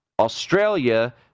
Australia